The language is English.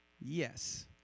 Yes